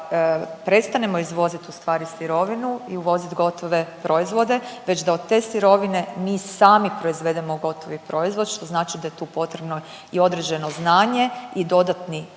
da prestanemo izvozit ustvari sirovinu i uvozit gotove proizvode, već da od te sirovine mi sami proizvedemo gotovi proizvod, što znači da je tu potrebno i određeno znanje i dodatni trud